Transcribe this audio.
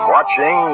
Watching